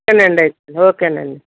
సరేండి అయితే ఓకేనండి